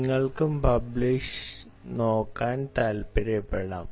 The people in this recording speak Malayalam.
നിങ്ങൾക്കും പബ്ലിഷ് നോക്കാൻ താൽപ്പര്യപ്പെടാം